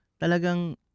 talagang